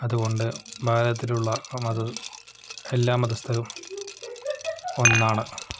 അതുകൊണ്ട് ഭാരതത്തിലുള്ള എല്ലാ മതസ്ഥരും ഒന്നാണ്